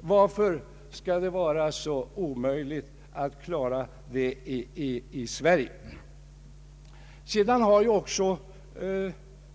Varför skall det vara så omöjligt att klara motsvarande problem i Sverige?